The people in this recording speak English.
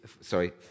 sorry